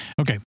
okay